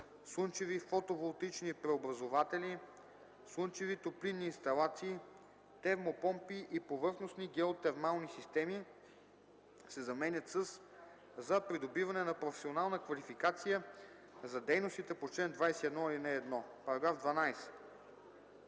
слънчеви фотоволтаични преобразуватели, слънчеви топлинни инсталации, термопомпи и повърхностни геотермални системи” се заменят със „за придобиване на професионална квалификация за дейностите по чл. 21, ал. 1”. § 12.